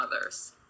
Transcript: others